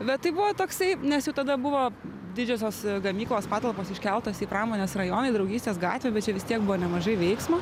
bet tai buvo toksai nes jau tada buvo didžiosios gamyklos patalpos iškeltos į pramonės rajoną į draugystės gatvę bet čia vis tiek buvo nemažai veiksmo